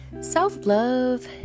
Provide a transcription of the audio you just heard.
Self-love